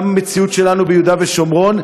גם המציאות שלנו ביהודה ושומרון,